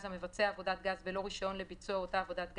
המבצע עבודת גז בלא רישיון לביצוע אותה עבודת גז,